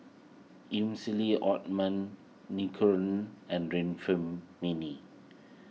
Emulsying Ointment and